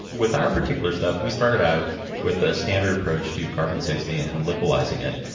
with our particular stuff, we started out with a standard approach to carbon sixty and lipolysing it.